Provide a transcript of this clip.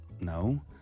no